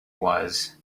was